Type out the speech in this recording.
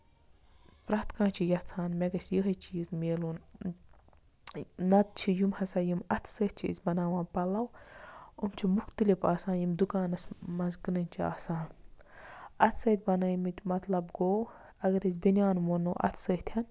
پرٛٮ۪تھ کٲنسہِ چھُ یَژھان مےٚ گژھِ یِہوے چیٖز میلُن نہ تہٕ چھِ یِم ہسا یِم اَتھٕ سۭتۍ چھِ أسۍ بَناوان پَلو أمۍ چھِ مُختٔلِف آسان یِم دُکانَسس منٛز کٔنٕنۍ چھِ آسان اَتھٕ سۭتۍ بِنٲومٕتۍ مطلب گوٚو اَگر أسۍ بینِیان وونَو اَتھٕ سۭتۍ